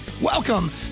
Welcome